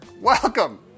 Welcome